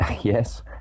Yes